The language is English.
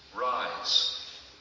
Rise